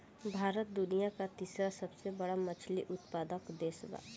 भारत दुनिया का तीसरा सबसे बड़ा मछली उत्पादक देश बा